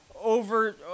over